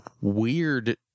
weird